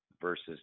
versus